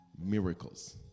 Miracles